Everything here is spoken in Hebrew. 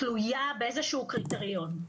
שתלויה באיזה שהוא קריטריון.